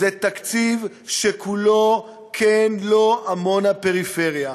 זה תקציב שכולו כן, לא, עמונה, פריפריה.